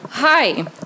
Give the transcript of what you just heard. Hi